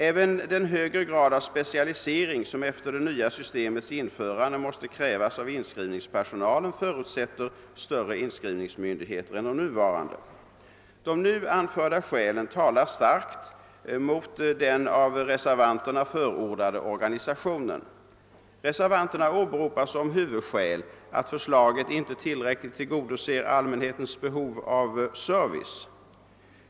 Även den högre grad av specialisering som efter det nya systemets införande måste krävas av inskrivningspersonalen förutsätter större inskrivningsmyndigheter än de nuvarande. De sålunda anförda skälen talar mycket starkt mot den av reservanterna förordade organisationen. Reservanterna åberopar som huvudskäl att förslaget inte tillräckligt tillgodoser allmänhetens behov av service.